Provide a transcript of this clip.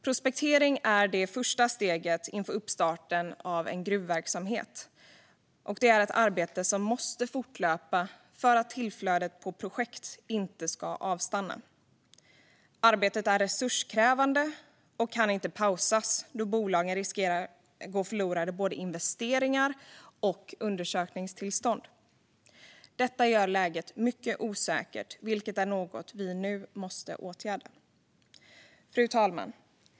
Prospektering är det första steget inför uppstarten av en gruvverksamhet, och det är ett arbete som måste fortlöpa för att tillflödet av projekt inte ska avstanna. Arbetet är resurskrävande och kan inte pausas, då bolagen riskerar att gå miste om både investeringar och undersökningstillstånd. Detta gör läget mycket osäkert, vilket är något vi nu måste åtgärda. Fru talman!